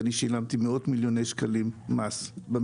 אני שילמתי מס של מאות מיליוני שקלים במדינה.